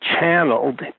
channeled